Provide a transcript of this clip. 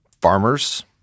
farmers